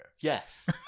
yes